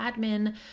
admin